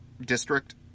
district